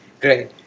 Great